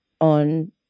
on